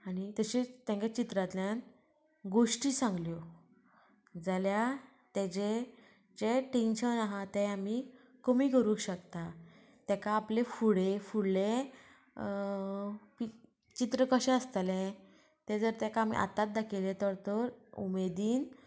आनी तशीच तांकां चित्रांतल्यान गोश्टी सांगल्यो जाल्या तेजे जें टेंशन आसा तें आमी कमी करूंक शकता ताका आपले फुडें फुडले पीक चित्र कशें आसतलें तें जर ताका आमी आतांच दाखयलें तर उमेदीन